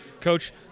Coach